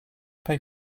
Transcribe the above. pay